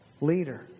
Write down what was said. leader